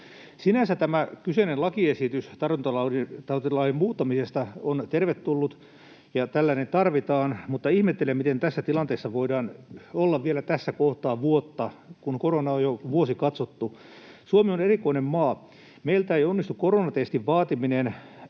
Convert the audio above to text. Sinänsä tämä kyseinen lakiesitys tartuntatautilain muuttamisesta on tervetullut ja tällainen tarvitaan, mutta ihmettelen, miten tässä tilanteessa voidaan olla vielä tässä kohtaa vuotta, kun koronaa on jo vuosi katsottu. Suomi on erikoinen maa. Meiltä ei onnistu koronatestin vaatiminen